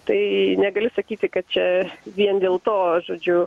tai negali sakyti kad čia vien dėl to žodžiu